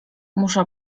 muszę